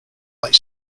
like